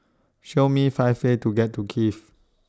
Show Me five ways to get to Kiev